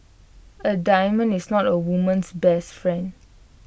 A diamond is not A woman's best friend